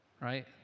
Right